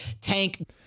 tank